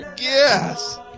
Yes